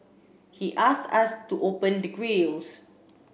he asked us to open the grilles